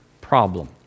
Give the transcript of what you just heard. problem